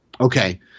okay